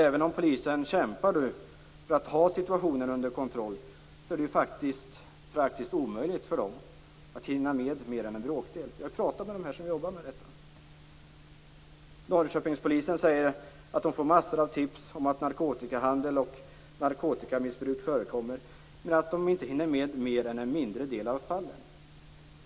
Även om polisen kämpar för att ha situationen under kontroll är det praktiskt omöjligt att hinna med mer än en bråkdel. Jag har pratat med de poliser som jobbar med dessa frågor. Norrköpingspolisen säger att man får massor med tips om att det förekommer narkotikahandel och narkotikamissbruk, men att man inte hinner med mer än en mindre del av fallen.